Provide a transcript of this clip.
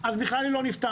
אז בכלל היא לא נפתחת.